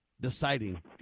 deciding